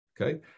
okay